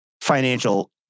financial